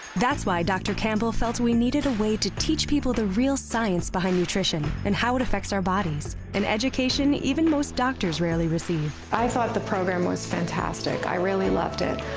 that's why dr. campbell felt we needed a way to teach people the real science behind nutrition and how it affects our bodies. and education even most doctors rarely receive. i thought the program was fantastic. i really loved it.